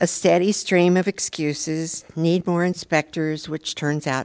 a steady stream of excuses need more inspectors which turns out